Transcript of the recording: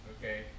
okay